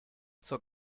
zur